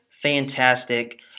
fantastic